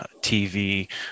tv